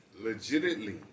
Legitimately